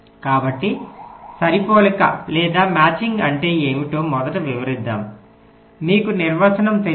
కాబట్టి సరిపోలిక అంటే ఏమిటో మొదట వివరిద్దాం మీకు నిర్వచనం తెలియదు